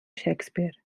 shakespeare